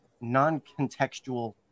non-contextual